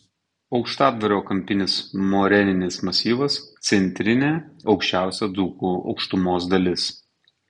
aukštadvario kampinis moreninis masyvas centrinė aukščiausia dzūkų aukštumos dalis